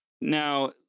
Now